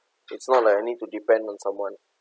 it's not like I need to depend on someone